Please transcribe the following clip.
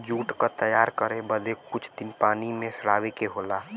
jute क तैयार करे बदे कुछ दिन पानी में सड़ावे के होला